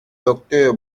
docteur